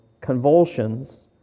convulsions